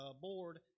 board